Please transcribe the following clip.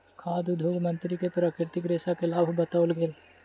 खाद्य उद्योग मंत्री के प्राकृतिक रेशा के लाभ बतौल गेल